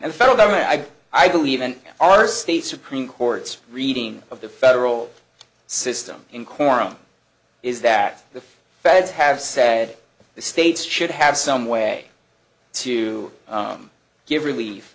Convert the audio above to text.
and federal government i i believe in our state supreme court's reading of the federal system in corinth is that the feds have said the states should have some way to give relief